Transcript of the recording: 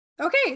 okay